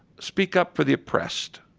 speak up for the oppressed,